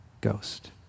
Ghost